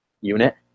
unit